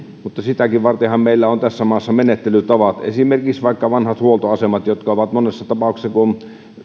mutta sitäkin vartenhan meillä on tässä maassa menettelytavat esimerkiksi vaikka vanhojen huoltoasemien yhteydessä monessa tapauksessa kun